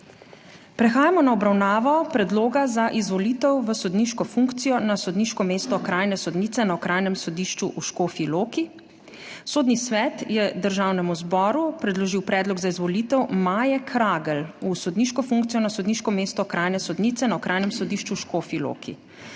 Prehajamo na obravnavo Predloga za izvolitev v sodniško funkcijo na sodniško mesto okrajne sodnice na Okrajnem sodišču v Škofji Loki. Sodni svet je Državnemu zboru predložil predlog za izvolitev Maje Kragelj v sodniško funkcijo na sodniško mesto okrajne sodnice na Okrajnem sodišču v Škofji Loki.